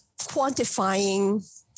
quantifying